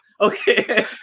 Okay